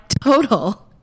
total